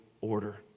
order